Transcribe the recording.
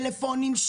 טלפונים,